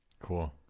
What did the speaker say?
Cool